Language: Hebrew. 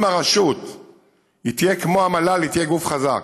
אם הרשות תהיה כמו המל"ל, היא תהיה גוף חזק.